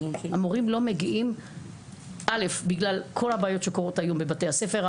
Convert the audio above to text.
המורים לא מגיעים א' בגלל כל הבעיות שקורות היום בבתי הספר,